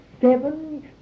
seven